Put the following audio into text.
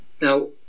now